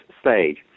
stage